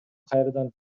кайрадан